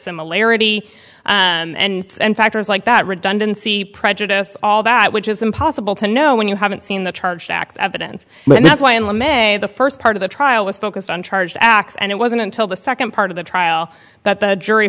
similarity and factors like that redundancy prejudice all that which is impossible to know when you haven't seen the charged act evidence and that's why and what may the first part of the trial was focused on charge x and it wasn't until the second part of the trial that the jury